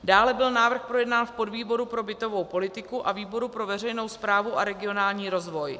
Dále byl návrh projednán v podvýboru pro bytovou politiku a výboru pro veřejnou správu a regionální rozvoj.